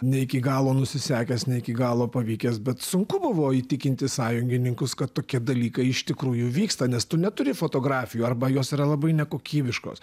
ne iki galo nusisekęs ne iki galo pavykęs bet sunku buvo įtikinti sąjungininkus kad tokie dalykai iš tikrųjų vyksta nes tu neturi fotografijų arba jos yra labai nekokybiškos